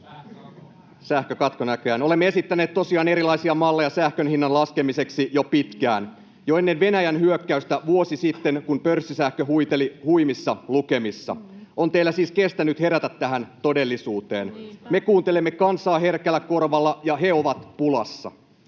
Sähkökatko näköjään. Olemme esittäneet tosiaan erilaisia malleja sähkön hinnan laskemiseksi jo pitkään, jo ennen Venäjän hyökkäystä vuosi sitten, kun pörssisähkö huiteli huimissa lukemissa. On teillä siis kestänyt herätä tähän todellisuuteen. Me kuuntelemme kansaa herkällä korvalla, ja he ovat pulassa.